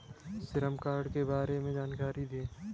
श्रम कार्ड के बारे में जानकारी दें?